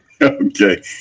Okay